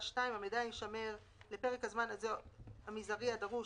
"(2)המידע יישמר לפרק הזמן המזערי הדרוש,